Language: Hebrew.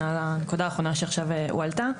על הנקודה האחרונה שעכשיו הועלתה.